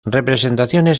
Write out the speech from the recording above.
representaciones